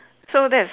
so that is